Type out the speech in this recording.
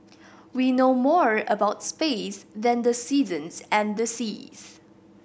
we know more about space than the seasons and the seas